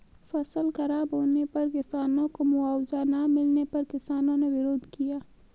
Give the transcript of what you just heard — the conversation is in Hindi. फसल खराब होने पर किसानों को मुआवजा ना मिलने पर किसानों ने विरोध किया